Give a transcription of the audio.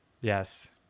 yes